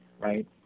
right